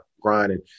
grinding